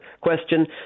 question